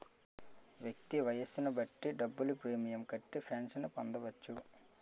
వ్యక్తి వయస్సును బట్టి డబ్బులు ప్రీమియం కట్టి పెన్షన్ పొందవచ్చు